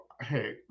Hey